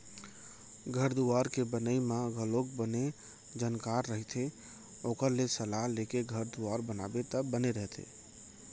घर दुवार के बनई म घलोक बने जानकार रहिथे ओखर ले सलाह लेके घर दुवार बनाबे त बने रहिथे